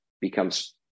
becomes